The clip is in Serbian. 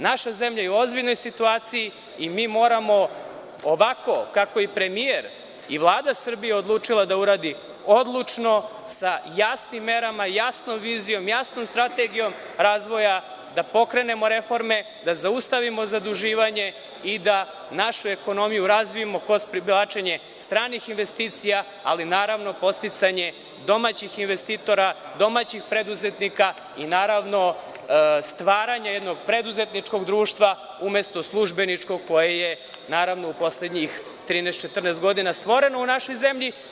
Naša zemlja je u ozbiljnoj situaciji i mi moramo ovako kako je premijer i Vlada Srbije odlučila da uradi odlučno, sa jasnim merama i jasnom vizijom, jasnom strategijom, razvoja da pokrenemo reforme, da zaustavimo zaduživanje i da našu ekonomiju razvijemo kroz privlačenje stranih investicija, ali naravno podsticanje domaćih investitora, domaćih preduzetnika i naravno, stvaranje jednog preduzetničkog društva, umesto službeničkog, koji je u poslednjih 13,14 godina, stvoreno u našoj zemlji.